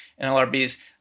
NLRBs